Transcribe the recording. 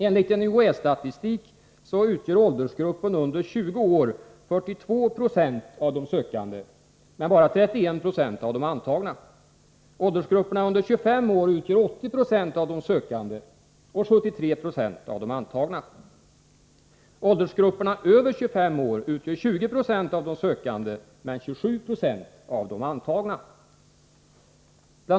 Enligt en statistik från UHÄ utgör åldersgruppen under 20 år 42 96 av de sökande men bara 31 26 av de antagna. Åldersgrupperna under 25 år utgör 8096 av de sökande och 73 26 av de antagna. Åldersgrupperna över 25 år utgör 2096 av de sökande men 2796 av de antagna. Bl.